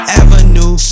avenue